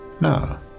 No